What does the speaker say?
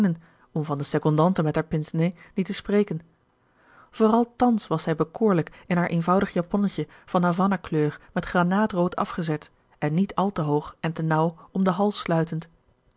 om van de secondante met haar pince-nez niet te spreken vooral thans was zij bekoorlijk in haar eenvoudig japonnetje van havannah kleur met granaatrood afgezet en niet al te hoog en te nauw om den hals sluitend